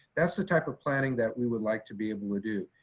that's the type of planning that we would like to be able to do.